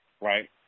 right